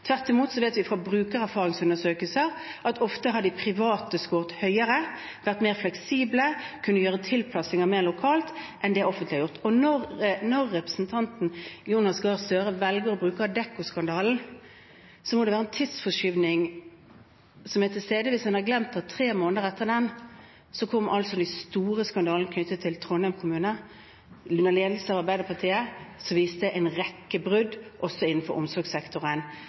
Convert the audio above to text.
Tvert imot vet vi fra brukererfaringsundersøkelser at de private ofte har skåret høyere, vært mer fleksible og kunnet gjøre tilpasninger mer lokalt enn det de offentlige har gjort. Når representanten Jonas Gahr Støre velger å bruke Adecco-skandalen, må det være en tidsforskyvning som er til stede, hvis han har glemt at tre måneder etter den, kom de store skandalene knyttet til Trondheim kommune – under ledelse av Arbeiderpartiet – som viste en rekke brudd innenfor omsorgssektoren